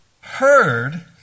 heard